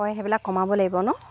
হয় সেইবিলাক কমাব লাগিব ন